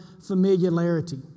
familiarity